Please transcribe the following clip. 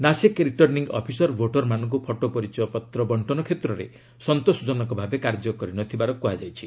Nashik returning officer ଭୋଟରମାନଙ୍କୁ photo ପରିଚୟପତ୍ର ବର୍ଷନ କ୍ଷେତ୍ରରେ ସନ୍ତୋଷଜନକ ଭାବେ କାର୍ଯ୍ୟ କରିନଥିବାର କୁହାଯାଇଛି